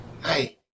Hi